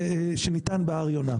שניתן בהר יונה.